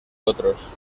otros